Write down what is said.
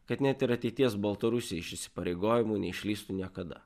kad net ir ateities baltarusiai iš įsipareigojimų neišlįstų niekada